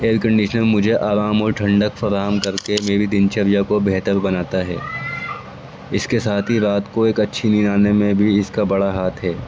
year condition مجھے آرام اور ٹھنڈک فراہم کر کے میری دنچریا کو بہتر بناتا ہے اس کے ساتھ ہی رات کو ایک اچھی نیند آنے میں بھی اس کا بڑا ہاتھ ہے